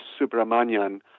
Subramanian